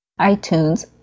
iTunes